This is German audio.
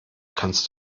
kannst